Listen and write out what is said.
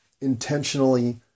intentionally